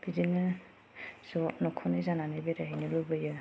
बिदिनो ज' न'खरनि जानानै बेरायहैनो लुबैयो